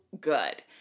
good